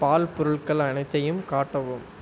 பால் பொருட்கள் அனைத்தையும் காட்டவும்